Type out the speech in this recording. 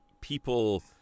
people